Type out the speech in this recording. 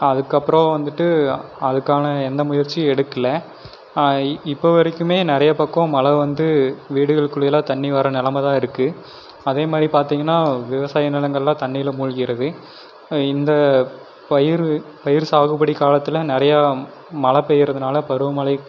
அதுக்கப்புறோம் வந்துட்டு அதுக்கான எந்த முயற்சியும் எடுக்கல இப்போ வரைக்குமே நிறைய பக்கம் மழை வந்து வீடுகளுக்குள்ளேலாம் தண்ணி வர நிலம தான் இருக்குது அதே மாதிரி பார்த்தீங்கன்னா விவசாய நிலங்கள்லாம் தண்ணியில மூழ்கிடுது இந்த பயிர் பயிரு சாகுபடி காலத்தில் நிறையா மழை பெய்யறதனால பருவமழை